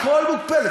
הכול מוקפא.